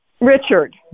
Richard